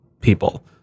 people